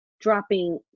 dropping